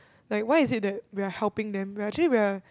like why is it that we're helping them we're actually we're